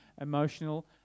emotional